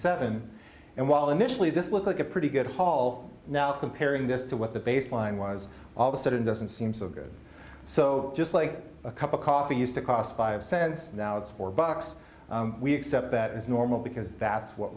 seven and while initially this looked like a pretty good haul now comparing this to what the baseline was all of a sudden doesn't seem so good so just like a cup of coffee used to cost five cents now it's four bucks we accept that as normal because that's what